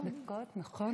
שלוש דקות, נכון?